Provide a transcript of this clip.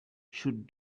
should